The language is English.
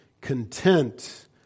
content